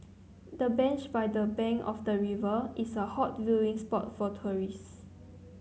the bench by the bank of the river is a hot viewing spot for tourist